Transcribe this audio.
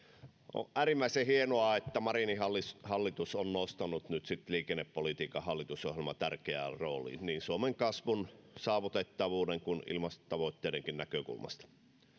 on äärimmäisen hienoa että marinin hallitus hallitus on nostanut nyt liikennepolitiikan hallitusohjelmassa tärkeään rooliin niin suomen kasvun saavutettavuuden kuin ilmastotavoitteidenkin näkökulmasta